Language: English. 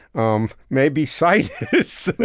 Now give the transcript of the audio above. um maybe sight is,